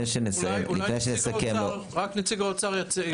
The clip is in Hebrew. אולי רק שנציג האוצר יציג.